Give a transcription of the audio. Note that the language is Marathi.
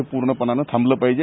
हे पूर्णपणाने थांबलं पाहिजे